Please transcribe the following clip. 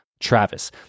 Travis